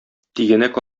тигәнәк